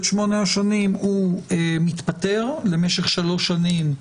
שמונה השנים הוא מתפטר למשך שלוש שנים,